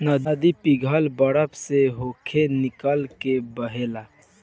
नदी पिघल बरफ से होके निकल के बहेला